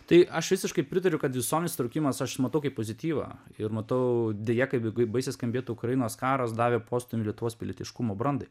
tai aš visiškai pritariu kad visuomenės įtraukimas aš matau kaip pozityvą ir matau deja kaip ga baisiai skambėtų ukrainos karas davė postūmį lietuvos pilietiškumo brandai